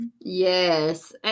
yes